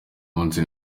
munsi